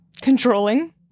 controlling